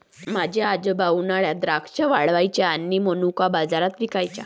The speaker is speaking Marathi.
माझे आजोबा उन्हात द्राक्षे वाळवायचे आणि मनुका बाजारात विकायचे